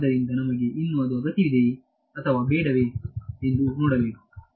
ಆದ್ದರಿಂದ ನಮಗೆ ಇನ್ನೂ ಅದು ಅಗತ್ಯವಿದೆಯೇ ಅಥವಾ ಬೇಡವೇ ಎಂದು ನೋಡಬೇಕು